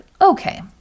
okay